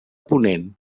ponent